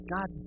God